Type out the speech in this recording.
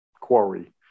quarry